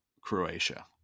Croatia